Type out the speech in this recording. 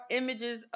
images